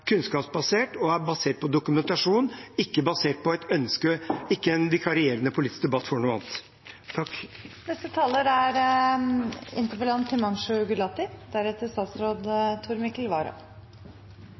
kunnskapsbasert og er basert på dokumentasjon, ikke en vikarierende politisk debatt for noe annet. Jeg vil takke for mange gode innlegg i denne debatten, og jeg registrerer også at siste taler